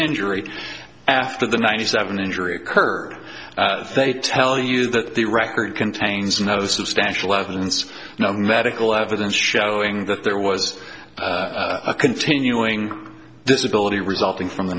injury after the ninety seven injury occurred they tell you that the record contains no substantial evidence no medical evidence showing that there was a continuing disability resulting from the